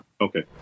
okay